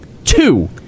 Two